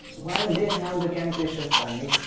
why and they have the compassion for me?